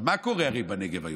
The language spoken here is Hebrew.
מה קורה בנגב היום?